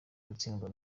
gutsindwa